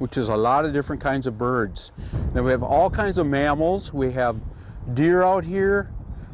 which is a lot of different kinds of birds that we have all kinds of mammals we have deer out here